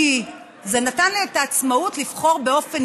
כי זה נתן לי את העצמאות לבחור באופן